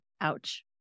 ouch